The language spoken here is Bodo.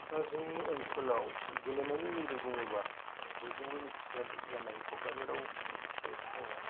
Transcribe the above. जोंनि ओनसोलाव गेलेनायनि मिरु बुङोबा बयजोंबो मिथिसाद जानाय क'क्राझाराव मोनसे दङ